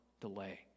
delay